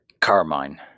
Carmine